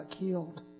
killed